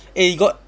eh you got